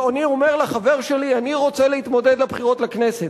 אני אומר לחבר שלי שאני רוצה להתמודד בבחירות לכנסת.